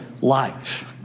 life